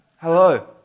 hello